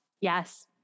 Yes